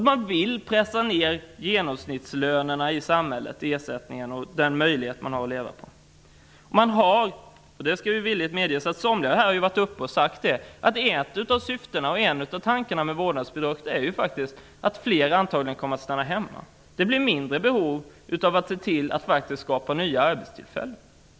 Man vill pressa ned genomsnittslönerna och ersättningarna i samhället och därmed människors möjligheter att leva på det. Somliga har här sagt att ett av syftena och en av tankarna med vårdnadsbidraget är att flera skall stanna hemma. Det blir då mindre behov av att se till att skapa nya arbetstillfällen.